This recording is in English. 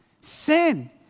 sin